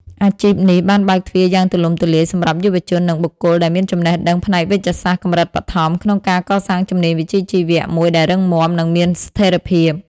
អាជីពនេះបានបើកទ្វារយ៉ាងទូលំទូលាយសម្រាប់យុវជន និងបុគ្គលដែលមានចំណេះដឹងផ្នែកវេជ្ជសាស្ត្រកម្រិតបឋម ក្នុងការកសាងជំនាញវិជ្ជាជីវៈមួយដែលរឹងមាំ និងមានស្ថិរភាព។